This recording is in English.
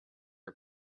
her